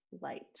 light